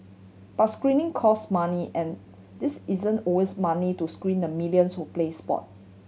but screening cost money and these isn't always money to screen the millions who play sport